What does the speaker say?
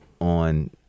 on